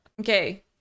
okay